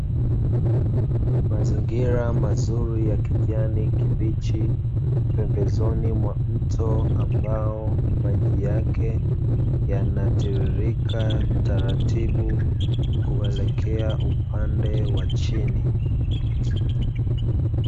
Mazinigira mazuri ya kijani kibichi pembezoni mwa mto ambao maji yake yanatiririka taratibu kuelekea upande wa chini.